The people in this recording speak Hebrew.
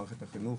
במערכת החינוך,